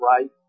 right